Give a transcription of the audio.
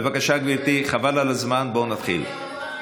בבקשה, גברתי, חבל על הזמן, בואו נתחיל.